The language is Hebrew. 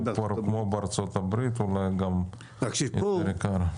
הוא כבר כמו בארצות הברית, ואולי גם יותר יקר.